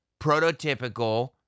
prototypical